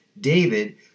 David